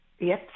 Yes